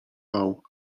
bał